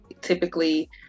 typically